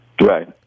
Right